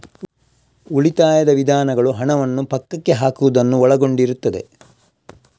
ಉಳಿತಾಯದ ವಿಧಾನಗಳು ಹಣವನ್ನು ಪಕ್ಕಕ್ಕೆ ಹಾಕುವುದನ್ನು ಒಳಗೊಂಡಿರುತ್ತದೆ